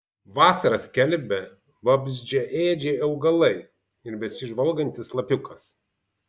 vasarą skelbia vabzdžiaėdžiai augalai ir besižvalgantis lapiukas